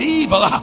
evil